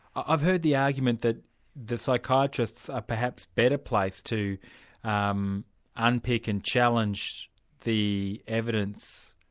i've heard the argument that the psychiatrists are perhaps better placed to um unpick and challenge the evidence